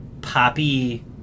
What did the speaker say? poppy